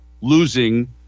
losing